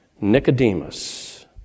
Nicodemus